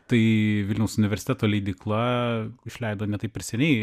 tai vilniaus universiteto leidykla išleido ne taip ir seniai